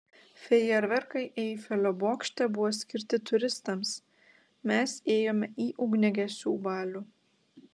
fejerverkai eifelio bokšte buvo skirti turistams mes ėjome į ugniagesių balių